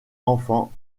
enfants